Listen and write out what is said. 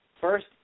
First